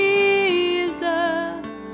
Jesus